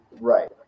Right